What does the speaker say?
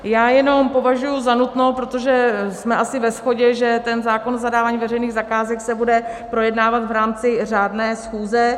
Já jenom považuji za nutné, protože jsme asi ve shodě, že ten zákon o zadávání veřejných zakázek se bude projednávat v rámci řádné schůze.